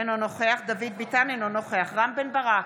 אינו נוכח דוד ביטן, אינו נוכח רם בן ברק,